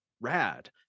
rad